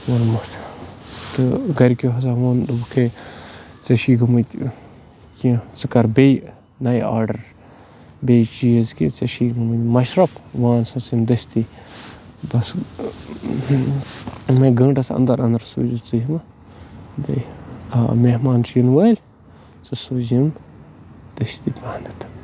ووٚنمُت تہٕ گَرِکیو ہسا ووٚن دوٚپُکھ ہے ژےٚ چھی گٔمٕتۍ کیٚنٛہہ ژٕ کَر بیٚیہِ نَیہِ آرڈَر بیٚیہِ چیٖز کہِ ژےٚ چھی گٔمٕتۍ مَشرف وۄنۍ اَنسا ژٕ یِم دٔستی بَس مےٚ گٲنٛٹَس اَندر اَندَر سوٗزِو ژٕ یِمہٕ بیٚیہِ آ مہمان چھِ یِنہٕ وٲلۍ ژٕ سوٗزِ یِم دٔستی پَہنَتھ